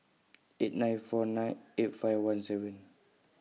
eight nine four nine eight five one seven